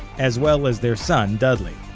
as well as their son dudley.